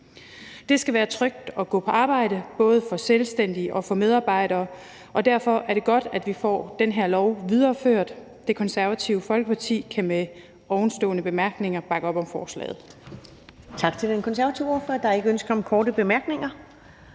Det skal være trygt at gå på arbejde, både for selvstændige og for medarbejdere, og derfor er det godt, at vi får den her lov videreført. Det Konservative Folkeparti kan med de ovenstående bemærkninger bakke op om forslaget.